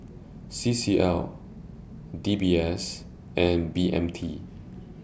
C C L D B S and B M T